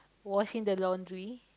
washing the laundry